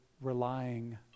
relying